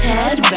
Ted